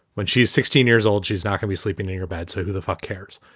when she's sixteen years old, she's not going be sleeping in her bed. so who the fuck cares?